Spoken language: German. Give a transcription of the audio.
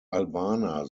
albaner